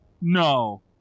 no